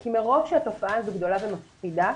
כי מרוב שהתופעה הזו גדולה ומפחידה,